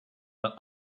but